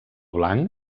blanc